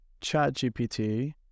ChatGPT